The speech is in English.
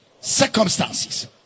circumstances